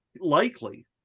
likely